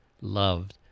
loved